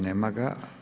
Nema ga.